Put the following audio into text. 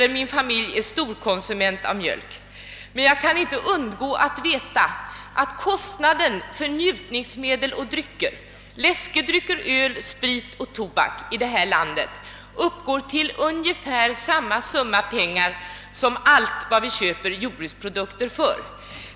Min familj är storkonsument av mjölk, men jag kan inte undgå att veta att kostnaden för njutningsmedel, läskedrycker, öl, sprit och tobak i detta land uppgår till ungefär samma summa som hela det belopp vi lägger ner på jordbruksprodukter.